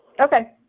okay